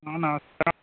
నమస్కారం